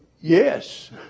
yes